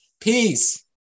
Peace